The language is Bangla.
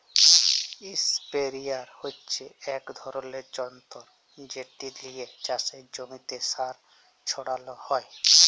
ইসপেরেয়ার হচ্যে এক ধরলের যন্তর যেট লিয়ে চাসের জমিতে সার ছড়ালো হয়